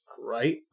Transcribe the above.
Right